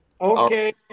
Okay